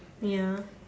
ya